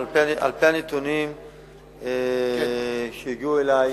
אבל על-פי הנתונים שהגיעו אלי,